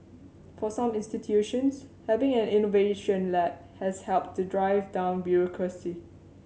for some institutions having an innovation lab has helped to drive down bureaucracy